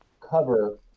cover